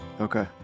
okay